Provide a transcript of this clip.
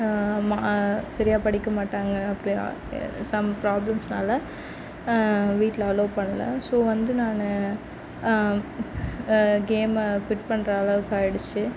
மா சரியாக படிக்க மாட்டாங்க அப்படியா சம் ப்ராப்ளம்ஸ்னால் வீட்டில் அலோவ் பண்ணலை ஸோ வந்து நான் கேம்மை குவிட் பண்ணுற அளவுக்கு ஆகிடுச்சு